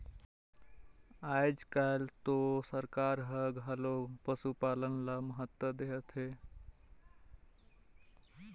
आयज कायल तो सरकार हर घलो पसुपालन ल महत्ता देहत हे